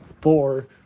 four